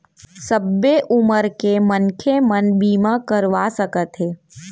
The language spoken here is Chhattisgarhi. का सब उमर के मनखे बीमा करवा सकथे?